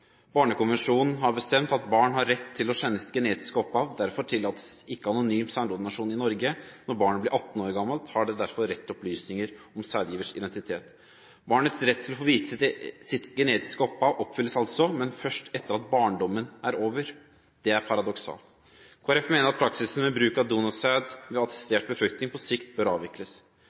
Barnekonvensjonen har bestemt at barn har rett til å kjenne sitt genetiske opphav. Derfor tillates ikke anonym sæddonasjon i Norge. Når barnet blir 18 år gammelt, har det derfor rett til opplysninger om sædgivers identitet. Barnets rett til å få vite sitt genetiske opphav oppfylles altså, men først etter at barndommen er over. Det er paradoksalt. Kristelig Folkeparti mener at praksisen med bruk av donorsæd ved assistert befruktning på sikt bør avvikles.